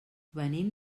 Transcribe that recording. venim